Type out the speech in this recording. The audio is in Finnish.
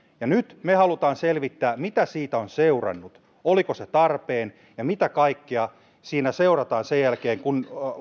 ja nyt me haluamme selvittää mitä siitä on seurannut oliko se tarpeen ja mitä kaikkea siinä seuraa sen jälkeen kun